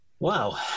Wow